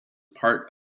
part